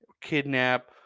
kidnap